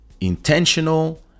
intentional